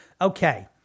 Okay